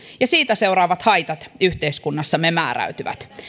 ja siitä seuraavat haitat yhteiskunnassamme määräytyvät